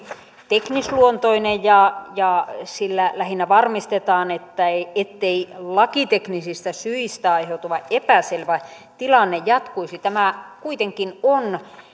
teknisluontoinen ja ja sillä lähinnä varmistetaan ettei ettei lakiteknisistä syistä aiheutuva epäselvä tilanne jatkuisi tämä kuitenkin on